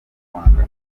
rwanda